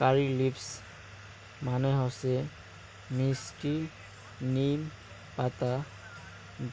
কারী leaves মানে হসে মিস্টি নিম পাতা